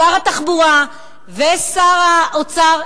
שר התחבורה ושר האוצר,